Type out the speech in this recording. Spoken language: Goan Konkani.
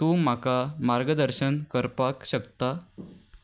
तूं म्हाका मार्गदर्शन करपाक शकता